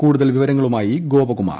കൂടുതൽ വിവരങ്ങളുമായി ഗോപകുമാർ